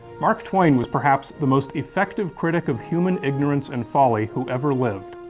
mark twain was perhaps the most effective critic of human ignorance and folly who ever lived.